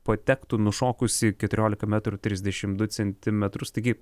patektų nušokusi keturiolika metrų trisdešimt du centimetrus taigi